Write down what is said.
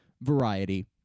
variety